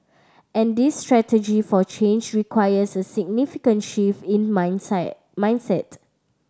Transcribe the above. and this strategy for change requires a significant shift in mind mindset